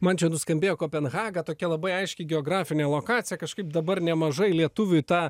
man čia nuskambėjo kopenhaga tokia labai aiški geografinė lokacija kažkaip dabar nemažai lietuvių į tą